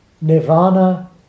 Nirvana